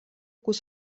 guss